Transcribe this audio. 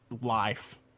life